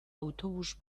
autobus